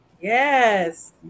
Yes